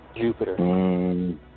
Jupiter